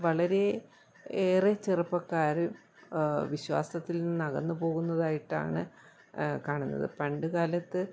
വളരെ ഏറെ ചെറുപ്പക്കാർ വിശ്വാസത്തിൽ നിന്നകന്ന് പോകുന്നതായിട്ടാണ് കാണുന്നത് പണ്ട് കാലത്ത്